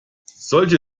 solche